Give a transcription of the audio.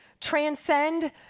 transcend